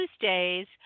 Tuesdays